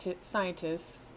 scientists